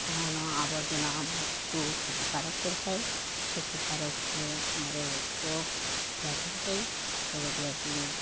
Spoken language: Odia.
କାରଣ ଆବର୍ଜନା ଆମକୁ କ୍ଷତିକାରକ କରିଥାଏ କ୍ଷତିକାରକ ହେଲେ ଆମର ରୋଗ ବ୍ୟାଧି ହେଇଥାଏ ରୋଗ ବ୍ୟାଧିରେ